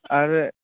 আর এ